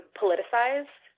politicized